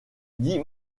dit